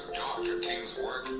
king's work,